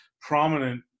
prominent